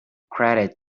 credit